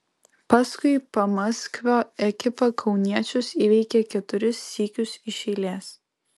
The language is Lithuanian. paskui pamaskvio ekipa kauniečius įveikė keturis sykius iš eilės